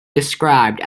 described